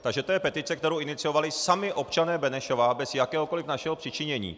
Takže to je petice, kterou iniciovali sami občané Benešova bez jakéhokoli našeho přičinění.